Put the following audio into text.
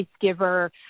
giver